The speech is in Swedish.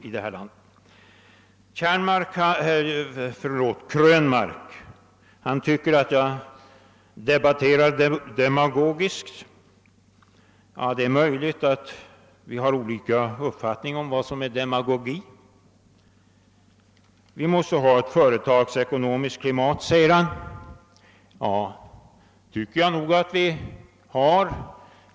Herr Krönmark tyckte att jag debatterade demagogiskt. Det är möjligt att vi har olika uppfattningar om vad som är demagogik. Han sade också att vi måste ha ett gynnsamt företagsekonomiskt klimat. Det tycker jag nog att vi har.